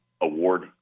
Award